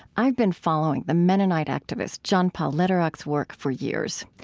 i've been following the mennonite activist john paul lederach's work for years.